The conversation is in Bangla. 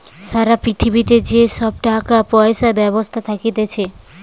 সারা পৃথিবীতে যে সব টাকা পয়সার ব্যবস্থা থাকতিছে